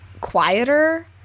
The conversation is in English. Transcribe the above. quieter